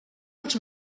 els